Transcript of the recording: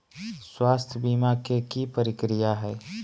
स्वास्थ बीमा के की प्रक्रिया है?